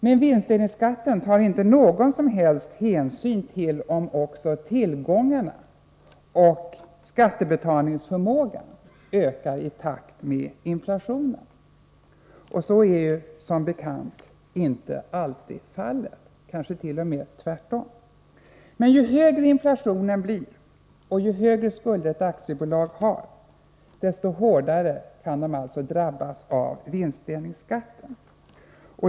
Men vinstdelningsskatten tar inte någon som helst hänsyn till om också tillgångarna och skattebetalningsförmågan ökar i takt med inflationen. Så är som bekant inte alltid fallet, det kanske t.o.m. är tvärtom. Men ju högre inflationen blir och ju större skulder ett aktiebolag har desto hårdare kan de drabbas av vinstdelningsskatten.